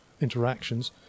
interactions